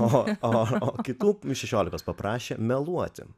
o kitų šešiolikos paprašė meluoti